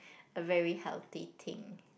a very healthy thing